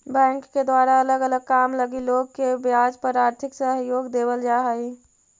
bank के द्वारा अलग अलग काम लगी लोग के ब्याज पर आर्थिक सहयोग देवल जा हई